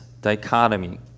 dichotomy